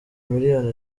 miliyoni